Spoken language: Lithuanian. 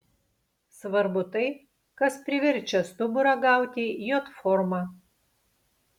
svarbu tai kas priverčia stuburą gauti j formą